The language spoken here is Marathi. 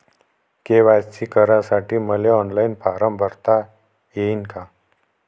के.वाय.सी करासाठी मले ऑनलाईन फारम भरता येईन का?